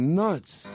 nuts